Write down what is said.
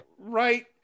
Right